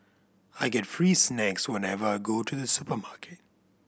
I get free snacks whenever I go to the supermarket